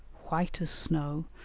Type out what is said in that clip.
white as snow,